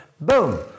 boom